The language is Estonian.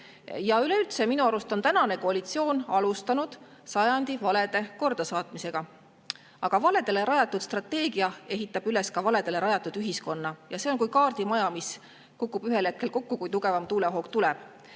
Üleüldse, minu arvates on tänane koalitsioon alustanud sajandi valede kordasaatmist. Aga valedele rajatud strateegiaga ehitatakse üles valedele rajatud ühiskond, ja see on nagu kaardimaja, mis kukub ühel hetkel kokku, kui tugevam tuulehoog tuleb.